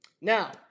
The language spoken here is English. Now